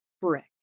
brick